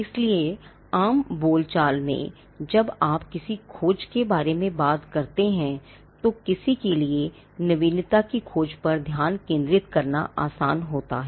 इसलिए आम बोलचाल में जब आप किसी खोज के बारे में बात करते हैं तो किसी के लिए नवीनता की खोज पर ध्यान केंद्रित करना आसान होता है